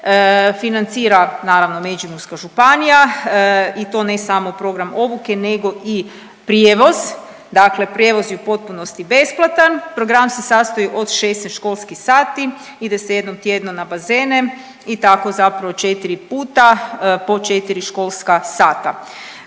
financira naravno Međimurska županija i to ne samo program obuke nego i prijevoz, dakle prijevoz je u potpunosti besplatan. Program se sastoji od 16 školskih sati, ide se jednom tjedno na bazene i tako zapravo četiri puta po četiri školska sata.